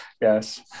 yes